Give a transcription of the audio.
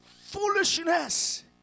foolishness